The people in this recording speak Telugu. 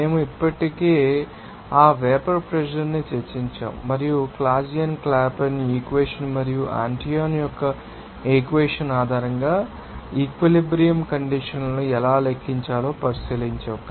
మేము ఇప్పటికే ఆ వేపర్ ప్రెషర్ ాన్ని చర్చించాము మరియు క్లాసియస్ క్లాపెరాన్ ఈక్వెషన్ మరియు ఆంటోయిన్ యొక్క ఈక్వెషన్ ఆధారంగా ఈక్విలిబ్రియం కండిషన్స్ లో ఎలా లెక్కించాలో పరిశీలించాము